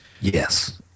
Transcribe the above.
Yes